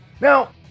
Now